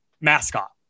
mascot